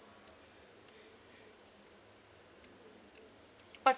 but